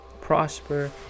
prosper